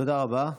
תודה רבה.